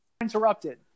Interrupted